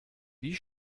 wie